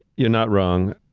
you're not wrong.